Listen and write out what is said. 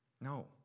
No